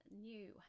new